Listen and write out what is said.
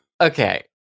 Okay